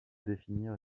définir